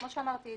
כמו שאמרתי,